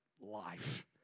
life